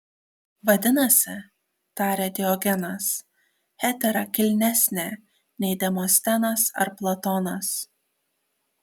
vadinasi tarė diogenas hetera kilnesnė nei demostenas ar platonas